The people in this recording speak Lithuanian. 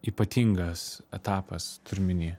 ypatingas etapas turiu omeny